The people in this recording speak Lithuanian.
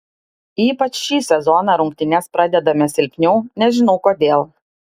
ypač šį sezoną rungtynes pradedame silpniau nežinau kodėl